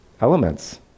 elements